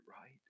right